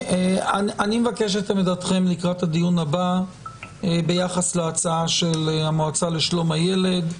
אני מבקש את עמדתכם לקראת הדיון הבא ביחס להצעה של המועצה לשלום הילד,